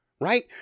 Right